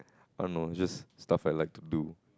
I don't know it's just stuff I like to do